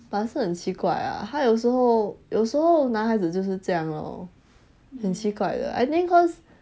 but 是很奇怪啊他有时候有时候男孩子就是这样咯很奇怪的 I think cause